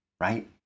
right